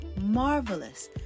marvelous